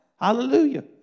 Hallelujah